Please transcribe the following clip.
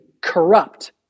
corrupt